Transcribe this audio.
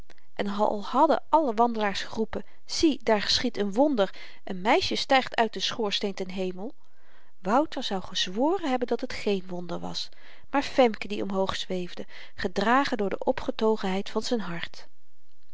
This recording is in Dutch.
en al hadden alle wandelaars geroepen zie daar geschiedt n wonder een meisje stygt uit den schoorsteen ten hemel wouter zou gezworen hebben dat het geen wonder was maar femke die omhoog zweefde gedragen door de opgetogenheid van z'n hart